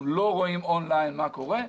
אנחנו לא רואים און ליין מה קרה.